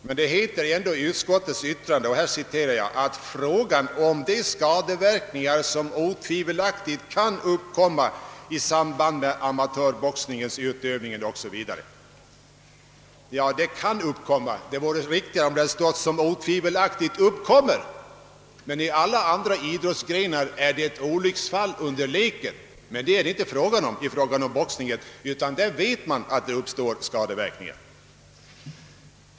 Men det talas ändå i utskottets yttrande om »de skadeverkningar som otvivelaktigt kan uppkomma i samband med amatörboxningens utövning». Det hade varit riktigare om det i stället hade stått »som otvivelaktigt uppkommer». I alla andra idrottsgrenar är det fråga om ett olycksfall under lek, om skador uppkommer, men när det gäller boxningen vet man att det blir skadeverkningar.